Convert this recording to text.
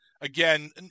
Again